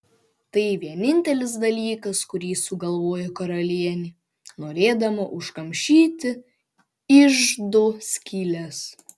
tai vienintelis dalykas kurį sugalvojo karalienė norėdama užkamšyti iždo skyles